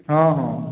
ହଁ ହଁ